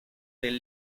del